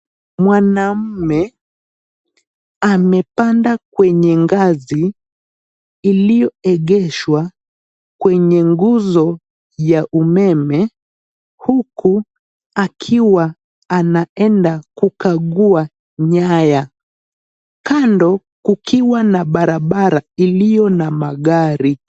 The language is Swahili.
Mwanaume amepanda kwenye ngazi iliyoegeshwa kwenye nguzo ya umeme huku akiwa anaenda kukagua nyaya. Kando kukiwa na barabara iliyo na magari.